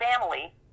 family